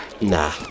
Nah